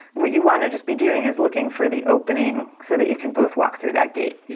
what you want to just be doing is looking for the opening so that you can both walk through that gate, you